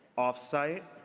off-site?